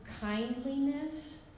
kindliness